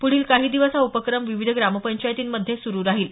प्ढील काही दिवस हा उपक्रम विविध ग्रामपंचायतीमध्ये सुरु राहील